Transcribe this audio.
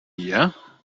year